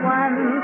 one